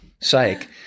Psych